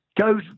go